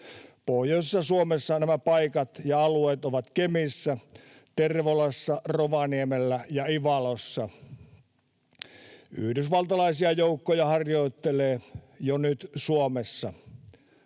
Pohjoisessa Suomessa nämä paikat ja alueet ovat Kemissä, Tervolassa, Rovaniemellä ja Ivalossa. Yhdysvaltalaisia joukkoja harjoittelee jo nyt Suomessa.